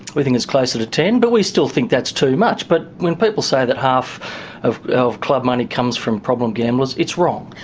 we think it's closer to ten, but we still think that's too much. but when people say that half of of club money comes from problem gamblers, it's wrong.